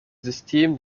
system